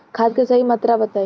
खाद के सही मात्रा बताई?